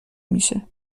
میشه